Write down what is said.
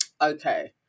Okay